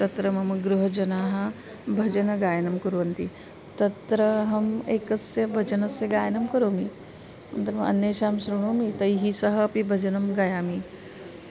तत्र मम गृहजनाः भजनगायनं कुर्वन्ति तत्र अहम् एकस्य भजनस्य गायनं करोमि अन्तरम् अन्येषां श्रुणोमि तैः सह अपि भजनं गायामि